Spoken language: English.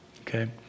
Okay